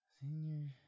Senior